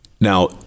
Now